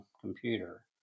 computer